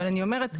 אני אומרת,